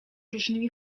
różnymi